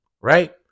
right